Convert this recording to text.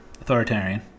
authoritarian